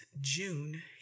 June